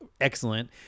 excellent